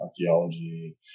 archaeology